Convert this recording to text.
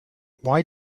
why